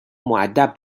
مودب